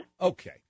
Okay